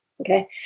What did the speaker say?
Okay